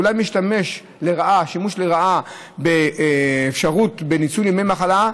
אולי משתמש לרעה באפשרות לניצול ימי מחלה,